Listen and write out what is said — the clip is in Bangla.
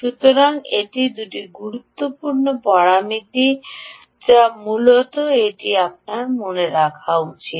সুতরাং এটি দুটি গুরুত্বপূর্ণ পরামিতি যা মূলত এটি আপনার মনে রাখা উচিত